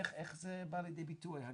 איך זה בא לידי ביטוי?